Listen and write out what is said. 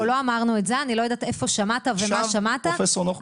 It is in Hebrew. היינו אמורים לסיים בשעה שלוש.